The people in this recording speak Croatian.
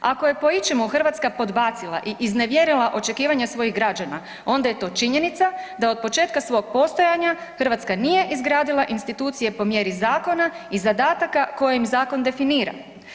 Ako je po ičemu Hrvatska podbacila i iznevjerila očekivanja svojih građana onda je to činjenica da od početka svog postojanja Hrvatska nije izgradila institucije po mjeri zakona i zadataka kojim zakon definira.